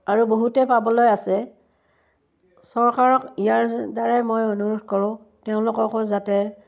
আৰু বহুতে পাবলৈ আছে চৰকাৰক ইয়াৰদ্বাৰাই মই অনুৰোধ কৰোঁ তেওঁলোককো যাতে